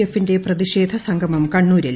എഫിന്റെ പ്രതിഷേധ സംഗമം കണ്ണൂരിൽ